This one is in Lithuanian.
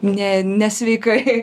ne nesveikai